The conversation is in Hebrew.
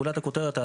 גולת הכותרת,